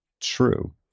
true